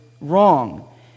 wrong